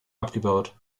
abgebaut